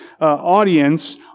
audience